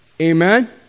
Amen